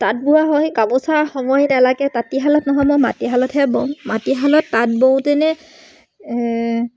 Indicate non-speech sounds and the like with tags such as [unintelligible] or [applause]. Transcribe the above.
তাঁত বোৱা হয় গামোচা [unintelligible] তাঁতীশালত নহয় মই মাটিশালতহে বওঁ মাটিশালত তাঁত বওঁতেনে